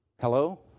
Hello